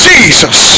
Jesus